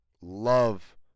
love